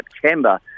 September